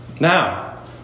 Now